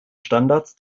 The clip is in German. standards